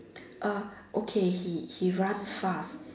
uh okay he he runs fast